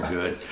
good